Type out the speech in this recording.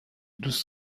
دوست